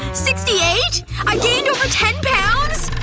sixty-eight! i gained over ten pounds!